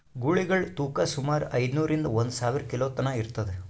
ಗೂಳಿಗಳ್ ತೂಕಾ ಸುಮಾರ್ ಐದ್ನೂರಿಂದಾ ಒಂದ್ ಸಾವಿರ ಕಿಲೋ ತನಾ ಇರ್ತದ್